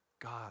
God